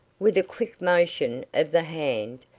with a quick motion of the hand,